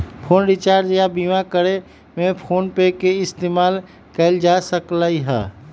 phone recharge या बीमा करे में फोनपे के इस्तेमाल कएल जा सकलई ह